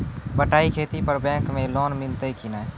बटाई खेती पर बैंक मे लोन मिलतै कि नैय?